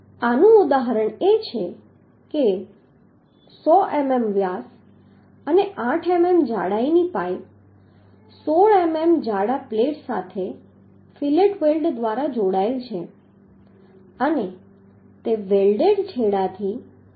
આનું ઉદાહરણ એ છે કે 100 મીમી વ્યાસ અને 8 મીમી જાડાઈની પાઈપ 16 મીમી જાડા પ્લેટ સાથે ફીલેટ વેલ્ડ સાથે જોડાયેલ છે અને તે વેલ્ડેડ છેડાથી 0